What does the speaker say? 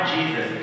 Jesus